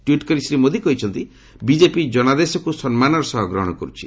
ଟ୍ପିଟ୍ କରି ଶ୍ରୀ ମୋଦି କହିଛନ୍ତି ବିଜେପି ଜନାଦେଶକୁ ସମ୍ମାନର ସହ ଗ୍ରହଣ କର୍ୁଛି